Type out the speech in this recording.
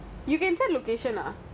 I just looking